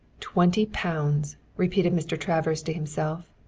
twenty pounds! repeated mr. travers to himself.